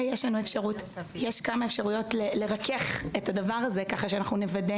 יש לנו כמה אפשרויות לרכך את הדבר הזה כך שנוודא